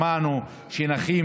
שמענו שנכים,